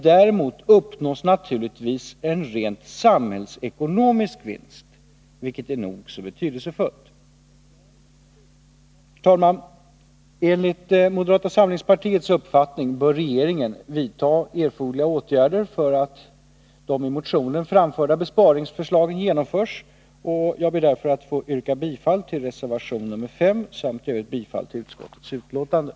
Däremot uppnås naturligtvis en rent samhällsekonomisk vinst — vilket är nog så betydelsefullt. Herr talman! Enligt moderata samlingspartiets uppfattning bör regeringen vidta erforderliga åtgärder för att de i motionen framförda besparingsförslagen genomförs, och jag ber därför att få yrka bifall till reservation nr 5 samt i övrigt bifall till utskottets hemställan.